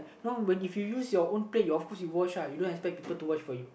oh but if you use your own plate you of course you wash uh you don't expect people to wash for you